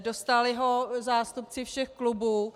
Dostali ho zástupci všech klubů.